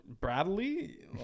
Bradley